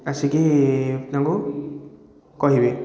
ଆସିକି ତାଙ୍କୁ କହିବେ